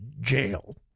jail